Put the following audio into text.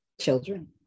children